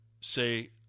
say